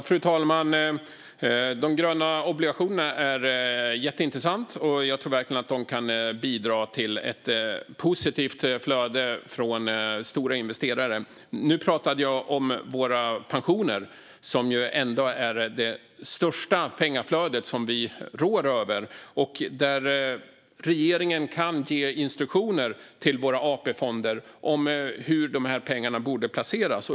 Fru talman! De gröna obligationerna är intressanta, och de kan verkligen bidra till ett positivt flöde från stora investerare. Nu talade jag om våra pensioner, som ju ändå är det största pengaflödet som vi råder över. Regeringen kan ge instruktioner till våra AP-fonder om hur pengarna borde placeras.